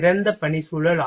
சிறந்த பணிச்சூழல்